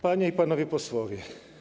Panie i Panowie Posłowie!